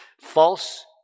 false